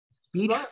speech